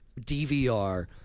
DVR